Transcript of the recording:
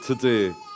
today